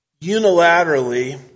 unilaterally